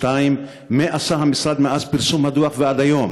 2. מה עשה המשרד מאז פרסום הדוח ועד היום?